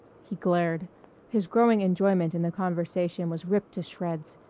he glared his growing enjoyment in the conversation was ripped to shreds.